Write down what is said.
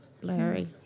blurry